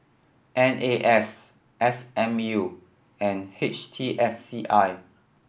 N A S S M U and H T S C I